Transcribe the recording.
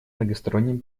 многосторонним